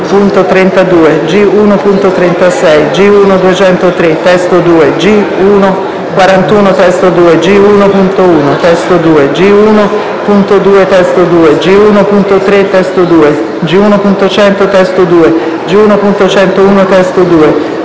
G1.32, G1.36, G1.203 (testo 2), G1.41 (testo 2), G1.1 (testo 2), G1.2 (testo 2), G1.3 (testo 2), G1.100 (testo 2), G1.101 (testo 2),